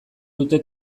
dute